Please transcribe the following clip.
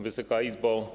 Wysoka Izbo!